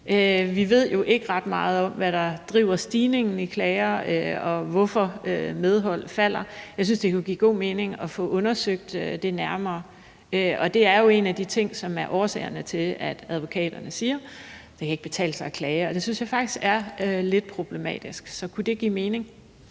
Vi ved jo ikke ret meget om, hvad der driver stigningen i antallet af klager, og hvorfor antallet af medhold falder. Jeg synes, det kunne give god mening at få undersøgt det nærmere, og det er jo en af de ting, som er årsagerne til, at advokaterne siger: Det kan ikke betale sig at klage. Det synes jeg faktisk er lidt problematisk. Så kunne det give mening?